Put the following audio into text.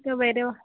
ఇంకా వేరేవి